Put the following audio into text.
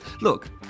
Look